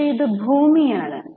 പക്ഷേ ഇത് ഭൂമിയാണ്